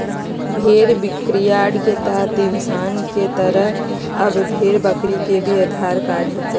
भेड़ बिक्रीयार्ड के तहत इंसान के तरह अब भेड़ बकरी के भी आधार कार्ड होतय